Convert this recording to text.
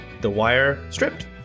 thewirestripped